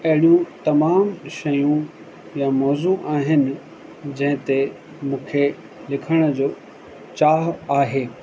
अहिड़ियूं तमामु शयूं या मौज़ू आहिनि जंहिं ते मूंखे लिखण जो चाहु आहे